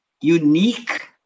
unique